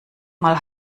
mal